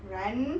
run